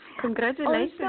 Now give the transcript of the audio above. Congratulations